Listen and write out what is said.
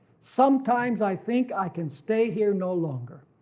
sometimes i think i can stay here no longer,